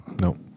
Nope